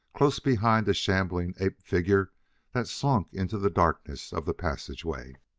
close behind a shambling ape-figure that slunk into the darkness of the passageway.